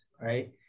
right